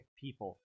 people